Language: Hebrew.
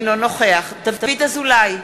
אינו נוכח דוד אזולאי,